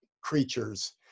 creatures